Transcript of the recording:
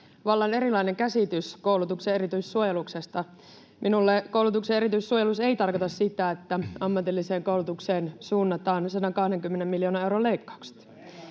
vallan erilainen käsitys koulutuksen erityissuojeluksesta. Minulle koulutuksen erityissuojelus ei tarkoita sitä, että ammatilliseen koulutukseen suunnataan 120 miljoonan euron leikkaukset.